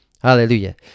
Hallelujah